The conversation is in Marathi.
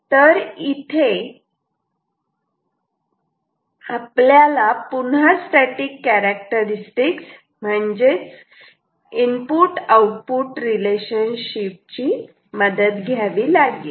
तर इथे आपल्याला पुन्हा स्टॅटिक कॅरेक्टरस्टिक्स म्हणजेच इनपुट आउटपुट रिलेशनशिप ची मदत घ्यावी लागेल